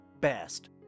best